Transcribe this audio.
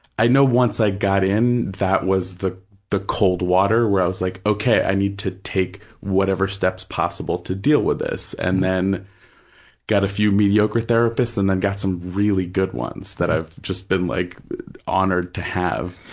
i know once i got in, that was the the cold water, where i was like, okay, i need to take whatever steps possible to deal with this. and then got a few mediocre therapists and then got some really good ones that i've just been like honored to have.